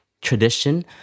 tradition